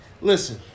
listen